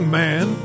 man